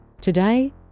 Today